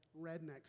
rednecks